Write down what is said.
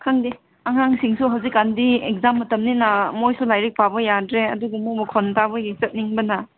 ꯈꯪꯗꯦ ꯑꯉꯥꯡꯁꯤꯡꯁꯨ ꯍꯧꯖꯤꯛ ꯀꯥꯟꯗꯤ ꯑꯦꯛꯖꯥꯝ ꯃꯇꯝꯅꯤꯅ ꯃꯈꯣꯏꯁꯨ ꯂꯥꯏꯔꯤꯛ ꯄꯥꯕ ꯌꯥꯗ꯭ꯔꯦ ꯑꯗꯨꯒꯨꯝꯕ ꯃꯈꯣꯜ ꯇꯥꯕꯒꯤ ꯆꯠꯅꯤꯡꯕꯅ